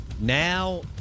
Now